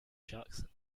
jackson